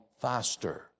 faster